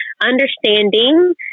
understanding